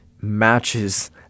matches